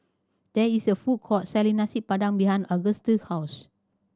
there is a food court selling Nasi Padang behind Auguste's house